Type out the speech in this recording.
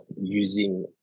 using